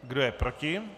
Kdo je proti?